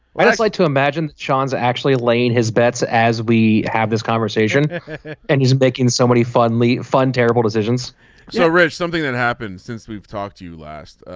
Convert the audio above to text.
like to imagine shawn's actually laying his bets as we have this conversation and he's making somebody finally fun terrible decisions so rich. something that happens since we've talked to you last.